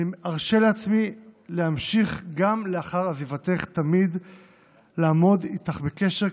אני ארשה לעצמי להמשיך תמיד לעמוד איתך בקשר,